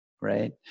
right